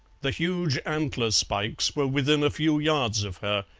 the huge antler spikes were within a few yards of her,